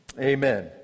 Amen